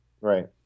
Right